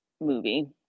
movie